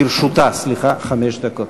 לרשותה, סליחה, חמש דקות.